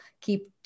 keep